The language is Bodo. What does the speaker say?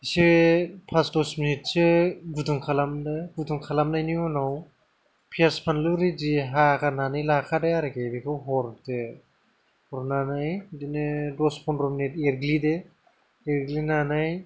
एसे पास दस मिनिट सो गुदुं खालामनो गुदुं खालामनायनि उनाव पियास फानलु रिडि हागारनानै लाखानाय आरोखि बेखौ हरदो हरनानै बिदिनो दस पन्द्र मिनिट एरग्लिदों एरग्लिनानै